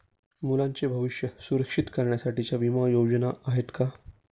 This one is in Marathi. मुलांचे भविष्य सुरक्षित करण्यासाठीच्या विमा योजना आहेत का?